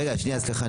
רגע, שנייה, סליחה.